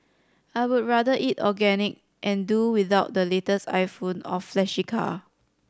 I would rather eat organic and do without the latest iPhone or flashy car